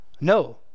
No